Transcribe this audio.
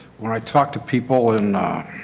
when i talk to people in